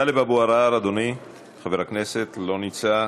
טלב אבו עראר, אדוני, חבר הכנסת, לא נמצא.